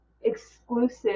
exclusive